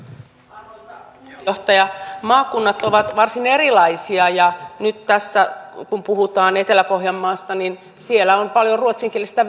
arvoisa puheenjohtaja maakunnat ovat varsin erilaisia ja kun nyt tässä puhutaan etelä pohjanmaasta niin siellä on paljon ruotsinkielistä